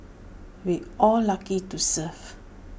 we all lucky to serve